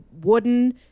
wooden